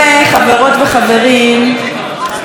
אם זה לא קומבינה, אני לא יודעת מה זה קומבינה.